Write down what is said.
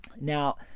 Now